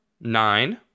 nine